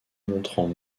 montrant